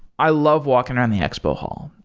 i love walking on the expo hall.